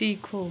सीखो